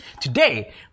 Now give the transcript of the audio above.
Today